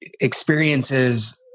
experiences